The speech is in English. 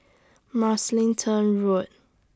Mugliston Road